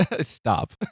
Stop